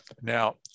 Now